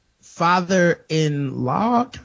father-in-law –